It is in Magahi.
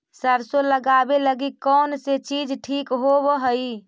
सरसों लगावे लगी कौन से बीज ठीक होव हई?